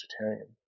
vegetarian